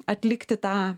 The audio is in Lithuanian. atlikti tą